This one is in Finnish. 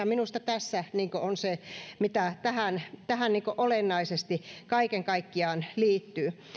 minusta tässä on se mitä tähän tähän olennaisesti kaiken kaikkiaan liittyy